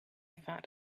fat